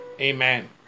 Amen